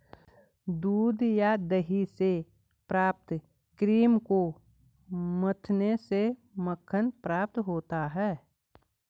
दूध या दही से प्राप्त क्रीम को मथने से मक्खन प्राप्त होता है?